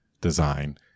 design